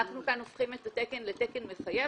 אנחנו כאן הופכים את התקן לתקן מחייב.